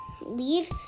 leave